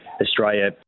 Australia